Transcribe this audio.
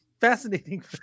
fascinating